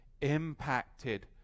impacted